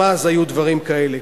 גם אז היו דברים כאלה.